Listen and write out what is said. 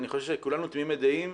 אני חושב שכולנו תמימי דעים,